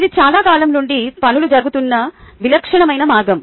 ఇది చాలా కాలం నుండి పనులు జరుగుతున్న విలక్షణమైన మార్గం